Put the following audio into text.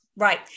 Right